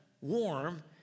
warm